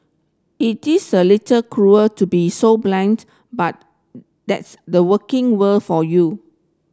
it is a little cruel to be so blunt but that's the working world for you